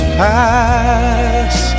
pass